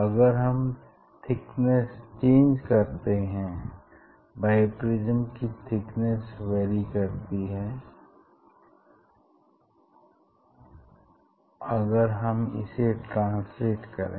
अगर हम thickness change करते हैं बाइप्रिज्म की थिकनेस वेरी करती है अगर हम इसे ट्रांसलेट करें